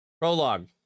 Prologue